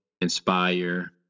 inspire